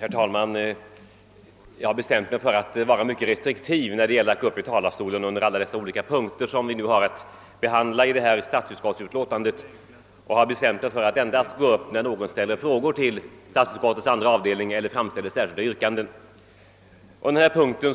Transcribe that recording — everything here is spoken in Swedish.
Herr talman! Jag har bestämt mig för att vara mycket restriktiv, när det gäller att gå upp i talarstolen under alla de olika punkter som vi har att behandla i detta utskottsutlåtande, och kommer endast att gå upp när någon ställer frågor till statsutskottets andra avdelning eller framställer yrkanden. På den här punkten